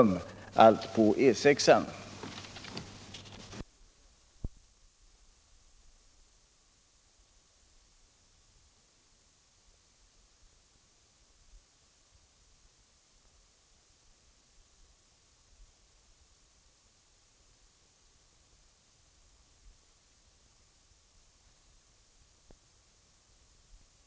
Samtliga dessa sträckor ligger på Europaväg 6.